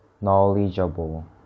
knowledgeable